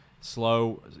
slow